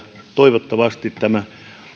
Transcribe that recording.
toivottavasti tämä